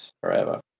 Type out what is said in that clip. forever